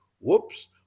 whoops